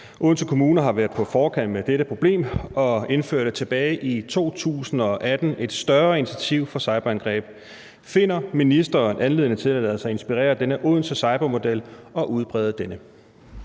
Odense Kommune har været på forkant med netop dette problem og indførte tilbage i 2018 et større initiativ mod cyberangreb, finder ministeren anledning til at lade sig inspirere af denne »Odense cybermodel« og udbrede denne?